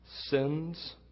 sins